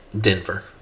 Denver